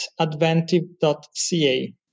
adventive.ca